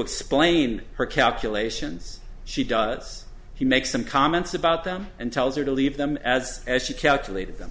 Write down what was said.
explain her calculations she does he make some comments about them and tells her to leave them as as she calculated them